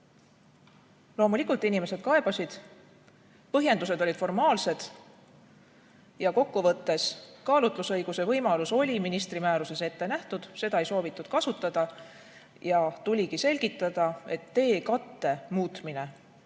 Loomulikult inimesed kaebasid, põhjendused olid formaalsed. Ja kokkuvõttes, kaalutlusõiguse võimalus oli ministri määruses ette nähtud, aga seda ei soovitud kasutada. Tuligi selgitada, et teekatte muutmine